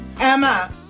Emma